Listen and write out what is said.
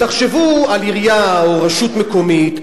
תחשבו על עירייה או רשות מקומית,